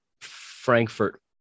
Frankfurt